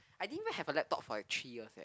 I think I have a laptop for a three years leh